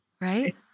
right